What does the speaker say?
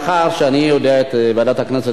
מאחר שאני יודע איך ועדת הכנסת